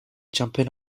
jumping